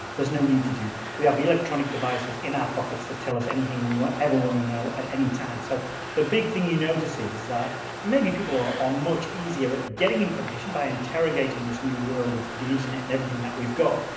there's no need to do that. we have electronic devices in our pockets that tell us anything we ever want to know at any time. so the big thing you notice is that maybe people are much easier at getting information by interrogating this new world of the internet and everything that we've got.